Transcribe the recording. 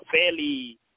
fairly